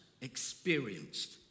experienced